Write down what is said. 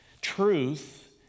Truth